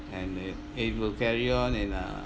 and it it will carry on and uh